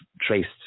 traced